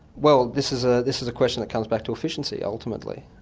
well, this is ah this is a question that comes back to efficiency ultimately.